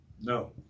no